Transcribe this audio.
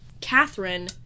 Catherine